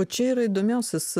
o čia yra įdomiausias